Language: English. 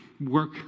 work